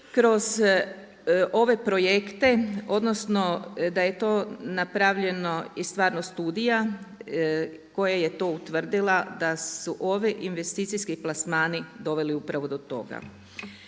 kroz ove projekte odnosno da je to napravljeno i stvarno studija koja je to utvrdila da su ovi investicijski plasmani doveli upravo do toga.